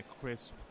crisp